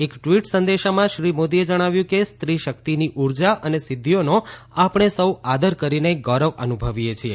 એક ટવીટ સંદેશામાં શ્રી મોદીએ જણાવ્યું કે સ્ત્રીશક્તિની ઉર્જા અને સિદ્ધિઓનો આપણે સૌ આદર કરીને ગૌરવ અનુભવીએ છીએ